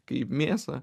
kaip mėsą